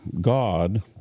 God